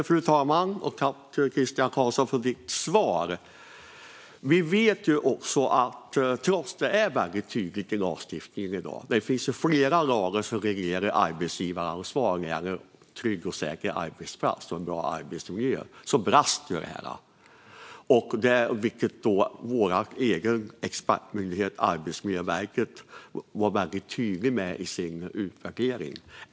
Fru talman! Tack, Christian Carlsson, för svaret! Trots att det är väldigt tydligt i lagstiftningen i dag - det finns flera lagar som reglerar arbetsgivaransvaret när det gäller trygga och säkra arbetsplatser och en bra arbetsmiljö - brast ju detta, vilket vår egen expertmyndighet, Arbetsmiljöverket, var väldigt tydlig med i sin utvärdering.